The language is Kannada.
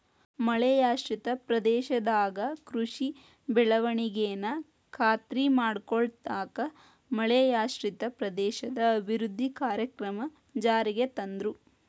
ಮಳೆಯಾಶ್ರಿತ ಪ್ರದೇಶದಾಗ ಕೃಷಿ ಬೆಳವಣಿಗೆನ ಖಾತ್ರಿ ಮಾಡ್ಕೊಳ್ಳಾಕ ಮಳೆಯಾಶ್ರಿತ ಪ್ರದೇಶ ಅಭಿವೃದ್ಧಿ ಕಾರ್ಯಕ್ರಮ ಜಾರಿಗೆ ತಂದ್ರು